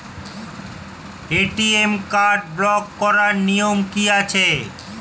ATM card block করার নিয়ম কি আছে?